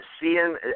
seeing